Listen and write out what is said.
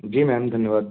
जी ma'am धन्यवाद